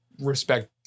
respect